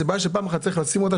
וזאת בעיה שפעם אחת צריך להגיד אותה,